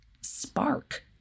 spark